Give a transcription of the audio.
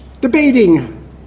debating